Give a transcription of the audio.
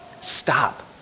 Stop